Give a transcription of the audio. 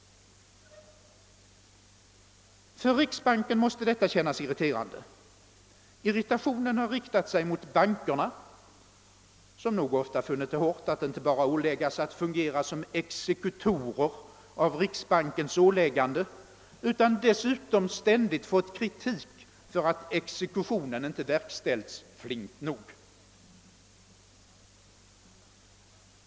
För riksbanken måste detta kännas irriterande. Irritationen har riktat sig mot bankerna, som ofta har funnit det hårt att inte bara åläggas att fungera som exekutorer av riksbankens ålägganden utan dessutom ständigt få kritik för att exekutionen inte verkställes flinkt nog.